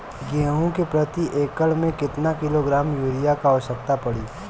गेहूँ के प्रति एक एकड़ में कितना किलोग्राम युरिया क आवश्यकता पड़ी?